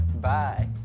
bye